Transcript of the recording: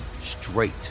straight